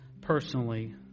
personally